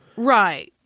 right,